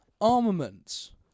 armaments